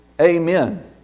Amen